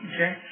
Okay